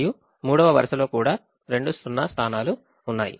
మరియు 3వ వరుసలో కూడా రెండు సున్నా స్థానాలు ఉన్నాయి